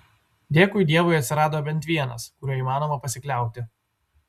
dėkui dievui atsirado bent vienas kuriuo įmanoma pasikliauti